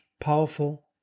powerful